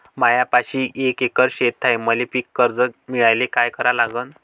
मायापाशी एक एकर शेत हाये, मले पीककर्ज मिळायले काय करावं लागन?